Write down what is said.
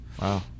Wow